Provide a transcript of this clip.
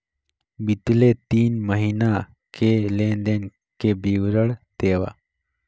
बितले तीन महीना के लेन देन के विवरण देवा?